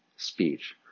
speech